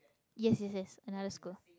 yes yes yes another school